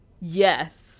Yes